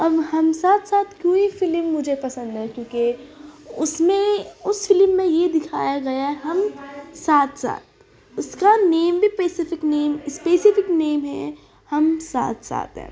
اب ہم ساتھ ساتھ پوری فلم مجھے پسند ہے کیونکہ اس میں اس فلم میں یہ دکھایا گیا ہے ہم ساتھ ساتھ اس کا نیم بھی پیسفک نیم اسپیسفک نیم ہے ہم ساتھ ساتھ ہیں